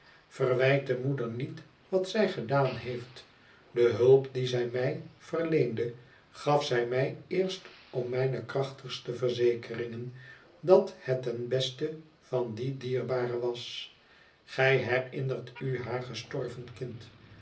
de moeder niet wat zij gedaan heeft de hulp die zij mij verleende gaf zij mij eerst op mijne krachtigste verzekeringen dat het ten beste van die dierbare was gij herinnert u haar gestorven kind